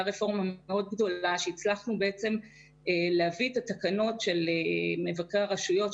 רפורמה מאוד גדולה והצלחנו להביא את התקנות של מבקרי הרשויות,